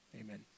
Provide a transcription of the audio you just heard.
amen